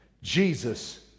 Jesus